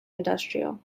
industrial